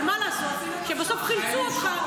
אבל מה לעשות, בסוף חילצו אותך.